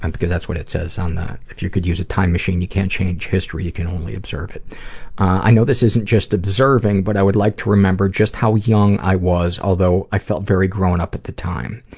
and because that's what it says on the if you could use a time machine you can't change history, you can only observe it i know this isn't just observing, but i would like to remember just how young i was, although i felt very grownup at the time.